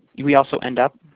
we also end up